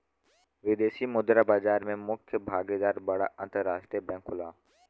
विदेशी मुद्रा बाजार में मुख्य भागीदार बड़ा अंतरराष्ट्रीय बैंक होला